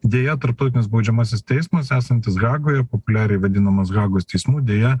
deja tarptautinis baudžiamasis teismas esantis hagoje populiariai vadinamas hagos teismu deja